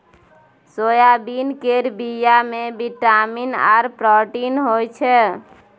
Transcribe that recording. soybean केर बीया मे बिटामिन आर प्रोटीन होई छै